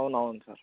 అవునవును సార్